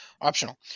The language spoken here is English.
optional